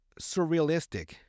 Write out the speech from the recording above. Surrealistic